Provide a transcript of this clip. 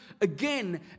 again